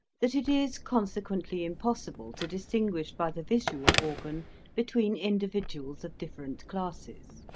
that it is consequently impossible to distin guish by the visual organ between individuals of different classes